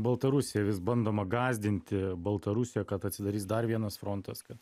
baltarusija vis bandoma gąsdinti baltarusija kad atsidarys dar vienas frontas kad